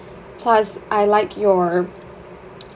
plus I like your